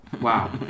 Wow